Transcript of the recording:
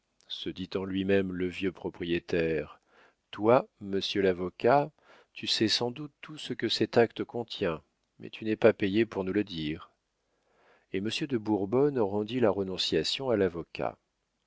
se dit en lui-même le vieux propriétaire toi monsieur l'avocat tu sais sans doute tout ce que cet acte contient mais tu n'es pas payé pour nous le dire et monsieur de bourbonne rendit la renonciation à l'avocat